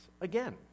again